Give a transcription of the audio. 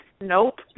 Nope